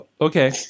Okay